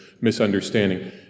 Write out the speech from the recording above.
misunderstanding